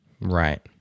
Right